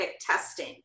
testing